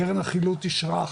קרן החילוט אישרה,